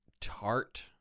tart